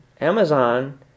Amazon